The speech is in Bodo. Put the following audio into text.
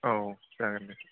औ औ जागोन दे